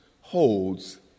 holds